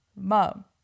Mom